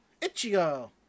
Ichigo